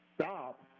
stop